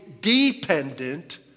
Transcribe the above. dependent